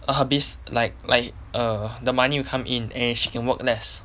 uh hobbies like like err the money you come in and she can work less